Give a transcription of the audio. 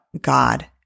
God